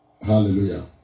Hallelujah